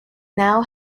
now